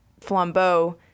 Flambeau